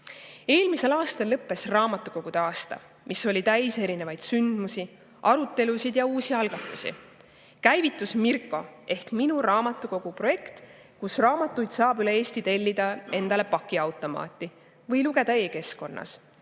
Eelmisel aastal lõppes raamatukogude aasta, mis oli täis erinevaid sündmusi, arutelusid ja uusi algatusi. Käivitus MIRKO ehk Minu Raamatukogu projekt, kus saab raamatuid üle Eesti tellida endale pakiautomaati või lugeda e‑keskkonnas,